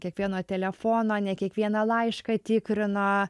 kiekvieno telefono ne kiekvieną laišką tikrina